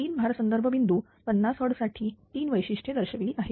3 भार संदर्भ बिंदू 50 Hz साठी तीन वैशिष्ट्ये दर्शविली आहेत